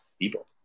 people